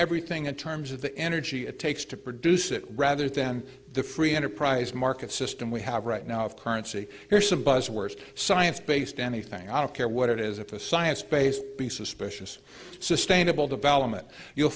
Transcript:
everything in terms of the energy it takes to produce it rather than the free enterprise market system we have right now of currency or some buzz words science based anything out of care what it is if a science base be suspicious sustainable development you'll